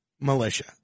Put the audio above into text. militia